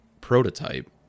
prototype